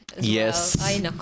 Yes